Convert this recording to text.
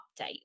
update